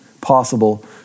possible